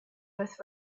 with